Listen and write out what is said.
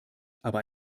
aber